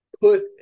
put